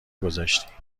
گذاشتی